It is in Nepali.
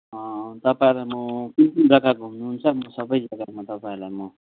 तपाईँलाई म कुन कुन जग्गा घुम्नुहुन्छ सबै जग्गा म तपाईँलाई म